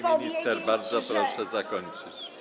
Pani minister, bardzo proszę zakończyć.